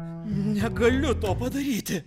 negaliu to padaryti